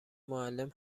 معلم